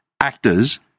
actors